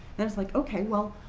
that's like, ok, well,